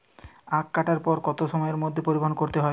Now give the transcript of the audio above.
আখ কাটার পর কত সময়ের মধ্যে পরিবহন করতে হবে?